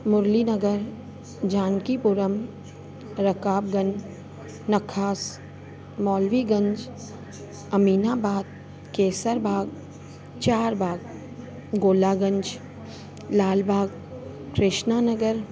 Murli Nagar Jankipuram Rakabganj Nakhas Maulviganj Aminabad Kaiserbagh Charbagh Golaganj Lalbagh Krishna Nagar